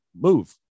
move